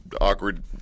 awkward